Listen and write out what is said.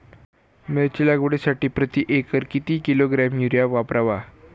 मिरची लागवडीसाठी प्रति एकर किती किलोग्रॅम युरिया वापरावा?